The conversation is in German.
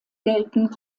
gelten